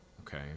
okay